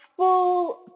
full